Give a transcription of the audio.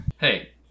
Hey